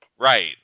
Right